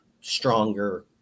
stronger